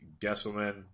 Gesselman